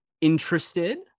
interested